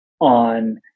on